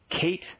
Kate